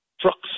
trucks